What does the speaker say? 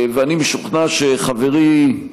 ואני משוכנע שחברי,